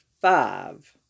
five